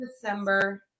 December